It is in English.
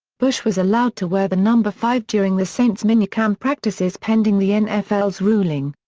bush was allowed to wear the number five during the saints' minicamp practices pending the and nfl's ruling.